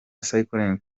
cycling